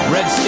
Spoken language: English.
Red